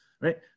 right